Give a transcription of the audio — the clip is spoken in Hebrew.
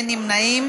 נא להצביע.